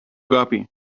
guppy